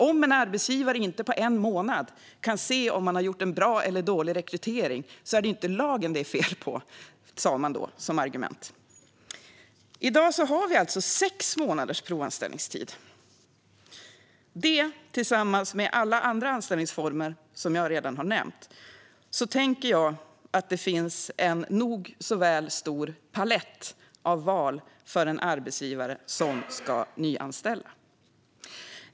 Om en arbetsgivare inte på en månad kan se om man har gjort en bra eller dålig rekrytering är det inte lagen det är fel på, sa man då som argument. I dag har vi alltså sex månaders provanställningstid. Det, tillsammans med alla andra anställningsformer som jag redan har nämnt, gör att jag tänker mig att det finns en tillräckligt stor palett av val för en arbetsgivare som ska nyanställa.